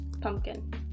pumpkin